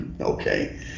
okay